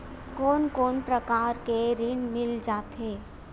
कोन कोन प्रकार के ऋण मिल जाथे?